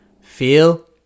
feel